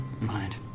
Mind